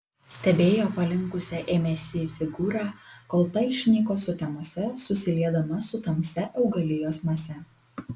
stebėjo palinkusią ėmėsi figūrą kol ta išnyko sutemose susiliedama su tamsia augalijos mase